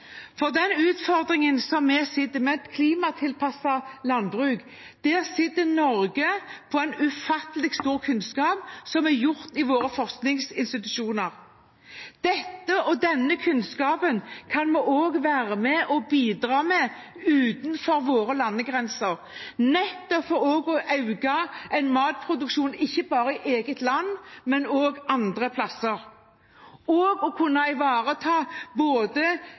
med et klimatilpasset landbruk, sitter Norge på en ufattelig stor kunnskap gjennom våre forskningsinstitusjoner. Denne kunnskapen kan vi bidra med også utenfor våre landegrenser for å øke matproduksjonen også andre plasser, ikke bare i vårt eget land, og for å kunne ivareta ulike arter og tilpasse arter til et nytt klima. Jeg vil avslutte med å